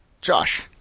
Josh